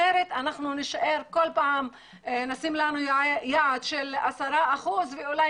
אחרת כל פעם נשים לנו יעד של 10% ואולי